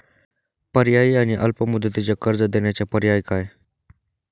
पर्यायी आणि अल्प मुदतीचे कर्ज देण्याचे पर्याय काय?